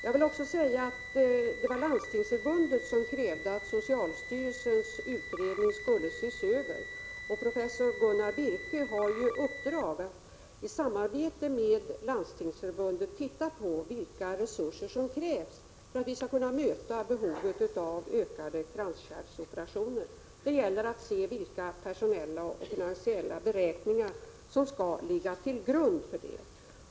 Jag vill också säga att det var Landstingsförbundet som krävde att socialstyrelsens utredning skulle ses över. Professor Gunnar Birke har i uppdrag att i samarbete med Landstingsförbundet ta reda på vilka resurser som krävs för att vi skall kunna möta det ökade behovet av kranskärlsoperationer. Det gäller att se vilka personella och finansiella beräkningar som skall ligga till grund för detta.